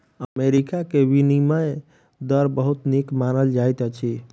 America के विनिमय दर बहुत नीक मानल जाइत अछि